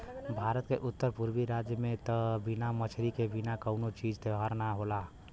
भारत के उत्तर पुरबी राज में त बिना मछरी के बिना कवनो तीज त्यौहार ना होला